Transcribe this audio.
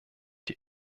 die